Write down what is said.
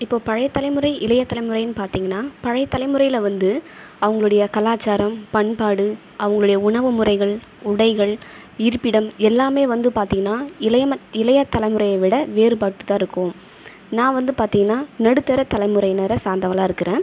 இப்போது பழைய தலைமுறை இளைய தலைமுறைனு பார்த்தீங்கனா பழைய தலைமுறையில் வந்து அவங்களுடைய கலாச்சாரம் பண்பாடு அவங்களோடய உணவு முறைகள் உடைகள் இருப்பிடம் எல்லாமே வந்து பார்த்தீங்கனா இளைய இளையத் தலைமுறையை விட வேறுபட்டுத்தான் இருக்கும் நான் வந்து பார்த்தீங்கனா நடுத்தர தலைமுறையினரை சார்ந்தவளாக இருக்கிறேன்